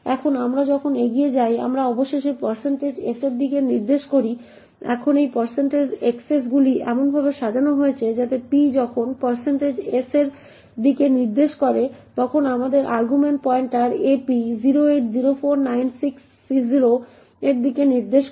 এখন আমরা যখন এগিয়ে যাই আমরা অবশেষে s এর দিকে নির্দেশ করি এখন এই xsগুলি এমনভাবে সাজানো হয়েছে যাতে p যখন s এর দিকে নির্দেশ করে তখন আমাদের আর্গুমেন্ট পয়েন্টার ap 080496C0 এর দিকে নির্দেশ করে